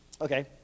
Okay